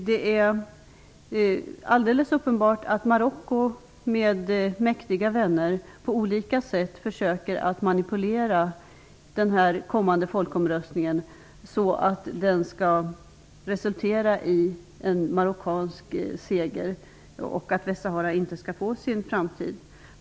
Det är alldeles uppenbart att Marocko, med mäktiga vänner, på olika sätt försöker manipulera den kommande folkomröstningen, så att den skall resultera i en marockansk seger och att Västsahara inte skall få sin framtid.